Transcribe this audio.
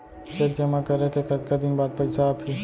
Cheque जेमा करें के कतका दिन बाद पइसा आप ही?